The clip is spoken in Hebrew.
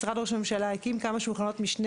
משרד ראש הממשלה הקים כמה שולחנות משנה